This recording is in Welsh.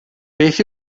beth